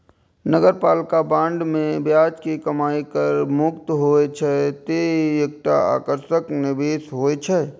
नगरपालिका बांड मे ब्याज के कमाइ कर मुक्त होइ छै, तें ई एकटा आकर्षक निवेश होइ छै